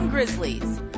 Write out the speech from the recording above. Grizzlies